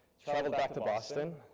traveled back to boston,